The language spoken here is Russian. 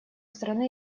страны